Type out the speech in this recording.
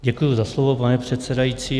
Děkuji za slovo, pane předsedající.